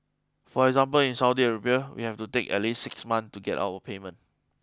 for example in Saudi Arabia we have to take at least six months to get our payment